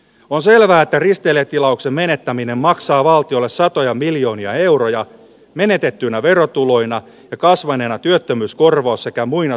on selvää että risteilijätilauksen menettäminen maksaa valtiolle satoja miljoonia euroja menetettyinä verotuloina ja kasvaneena työttömyyskorvaus sekä muina